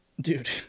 dude